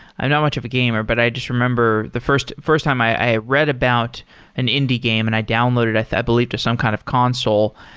i'm not much of a gamer, but i just remember the first first time i i read about an indie game and i downloaded, i i believe to some kind of console.